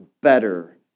better